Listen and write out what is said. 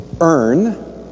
earn